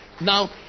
Now